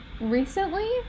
recently